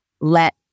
let